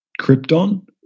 Krypton